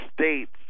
states